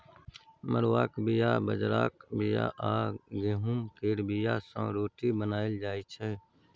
मरुआक बीया, बजराक बीया आ गहुँम केर बीया सँ रोटी बनाएल जाइ छै